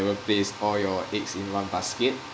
never place all your eggs in one basket